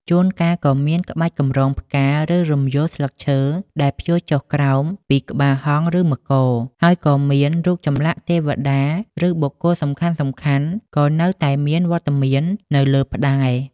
ជួនកាលក៏មាន ក្បាច់កម្រងផ្កា ឬ រំយោលស្លឹកឈើ ដែលព្យួរចុះក្រោមពីក្បាលហង្ស ឬមករ ហើយក៏មានរូបចម្លាក់ទេវតា ឬបុគ្គលសំខាន់ៗក៏នៅតែមានវត្តមាននៅលើផ្តែរ។